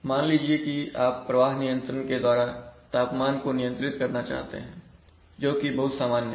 मान लीजिए की आप प्रवाह नियंत्रण के द्वारा तापमान को नियंत्रित करना चाहते हैं जोकि बहुत सामान्य है